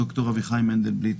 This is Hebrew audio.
ד"ר אביחי מנדלבליט,